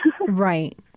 Right